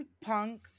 punk